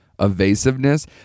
evasiveness